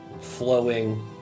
flowing